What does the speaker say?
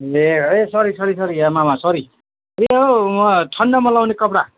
ए sorry sorry sorry ए मामा sorry यो वहाँ ठन्डामा लगाउने कपडा